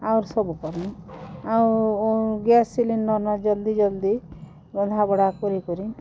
ଆଉରୁ ସବୁ କର୍ମୁଁ ଆଉ ଗ୍ୟାସ୍ ସିଲିଣ୍ଡର୍ ନ ଜଲ୍ଦି ଜଲ୍ଦି ରନ୍ଧା ବଢ଼ା କରି କରି